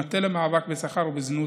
המטה למאבק בסחר בנשים ובזנות,